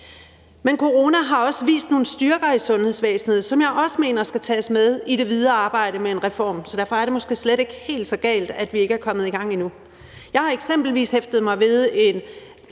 Men corona har også vist nogle styrker i sundhedsvæsenet, som jeg også mener skal tages med i det videre arbejde med en reform, så derfor er det måske slet ikke helt så galt, at vi ikke er kommet i gang endnu. Jeg har eksempelvis hæftet mig ved et